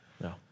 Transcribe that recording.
no